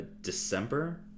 December